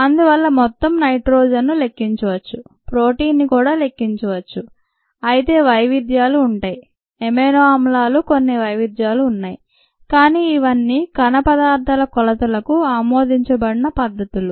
అందువల్ల మొత్తం నైట్రోజెన్ ను లెక్కించవచ్చు ప్రోటీన్ని కూడా లెక్కించవచ్చు అయితే వైవిధ్యాలు ఉంటాయి అమైనో ఆమ్లాలు కొన్ని వైవిధ్యాలు ఉన్నాయి కానీ ఇవన్నీ కణ పదార్థాల కొలతలకు ఆమోదించబడిన పద్ధతులు